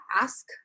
ask